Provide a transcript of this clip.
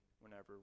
whenever